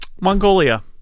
Mongolia